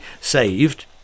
saved